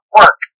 work